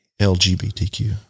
LGBTQ